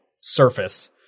surface